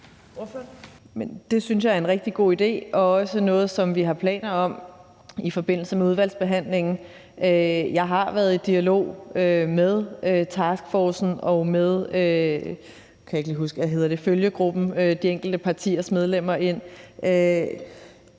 Det synes jeg er en rigtig god idé og også noget, som vi har planer om i forbindelse med udvalgsbehandlingen. Jeg har været i dialog med taskforcen og med, hvad hedder det,